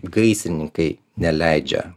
gaisrininkai neleidžia